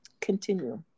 continue